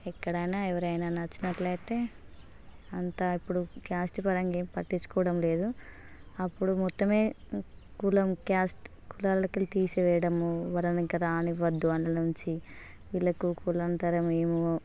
ఎక్కడైనా ఎవరైనా నచ్చినట్లయితే అంత ఇప్పుడు క్యాస్ట్ పరంగా ఏం పట్టించుకోవడం లేదు అప్పుడు మొత్తమే కులం క్యాస్ట్ కులాలకళ్ళ తీసివేయడము వాళ్లని ఇంక రానివ్వద్దు అక్కడ నుంచి వీళ్ళకు కులాంతరం ఏమో